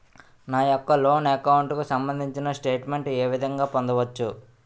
నా యెక్క loan account కు సంబందించిన స్టేట్ మెంట్ ఏ విధంగా పొందవచ్చు?